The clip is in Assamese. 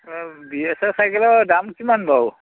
বি এছ এ চাইকেলৰ দাম কিমান বাৰু